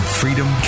freedom